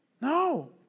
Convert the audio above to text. No